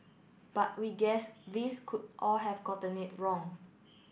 but we guess these could all have gotten it wrong